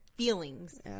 Feelings